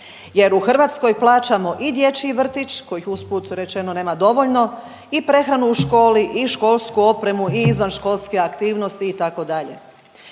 jer u Hrvatskoj plaćamo i dječji vrtić kojih usput rečeno nema dovoljno i prehranu u školi i školsku opremu i izvanškolske aktivnosti itd..